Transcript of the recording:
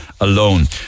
alone